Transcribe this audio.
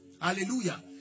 Hallelujah